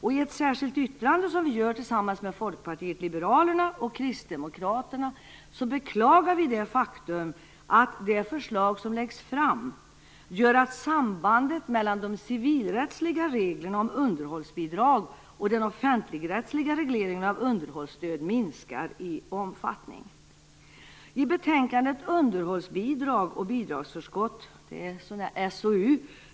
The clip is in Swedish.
I ett särskilt yttrande som vi gör tillsammans med Folkpartiet liberalerna och Kristdemokraterna beklagar vi det faktum att det förslag som läggs fram gör att sambandet mellan de civilrättsliga reglerna om underhållsbidrag och den offentligrättsliga regleringen av underhållsstöd minskar i omfattning.